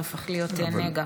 זה הופך להיות נגע,